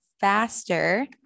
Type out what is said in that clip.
faster